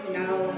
now